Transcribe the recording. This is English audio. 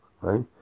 right